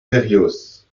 berrios